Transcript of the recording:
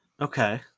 Okay